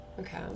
Okay